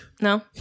No